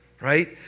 right